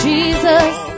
Jesus